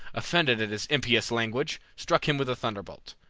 offended at his impious language, struck him with a thunderbolt.